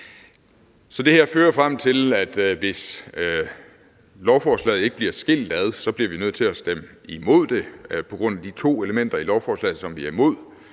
Det her fører frem til, at hvis lovforslaget ikke bliver delt, bliver vi på grund af de to elementer i lovforslaget, som vi er imod,